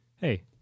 hey